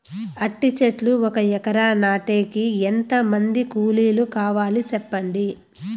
అంటి చెట్లు ఒక ఎకరా నాటేకి ఎంత మంది కూలీలు కావాలి? సెప్పండి?